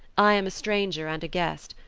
i am a stranger and a guest.